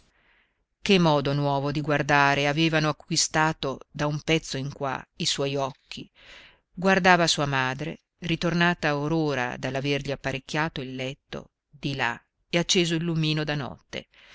che modo nuovo di guardare avevano acquistato da un pezzo in qua i suoi occhi guardava sua madre ritornata or ora dall'avergli apparecchiato il letto di là e acceso il lumino da notte